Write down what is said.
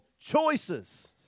choices